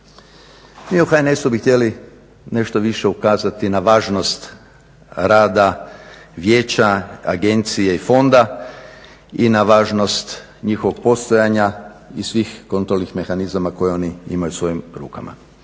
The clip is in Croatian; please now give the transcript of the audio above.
Mi u HNS-u bi htjeli nešto više ukazati na važnost rada vijeća, agencije i fonda i na važnost njihovog postojanja i svih kontrolnih mehanizama koji oni imaju u svojim rukama.